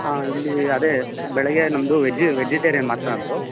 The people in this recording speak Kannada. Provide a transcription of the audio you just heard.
ಹಾಂ ಇಲ್ಲಿ ಅದೇ ಬೆಳಗ್ಗೆ ನಮ್ಮದು ವೆಜ್ ವೆಜಿಟೇರಿಯನ್ ಮಾತ್ರ ನಮ್ಮದು